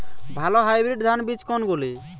ভালো হাইব্রিড ধান বীজ কোনগুলি?